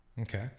Okay